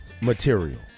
material